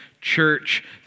church